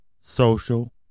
social